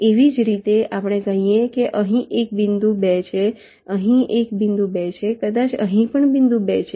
એ જ રીતે આપણે કહીએ કે અહીં એક બિંદુ 2 છે અહીં એક બિંદુ 2 છે કદાચ અહીં પણ બિંદુ 2 છે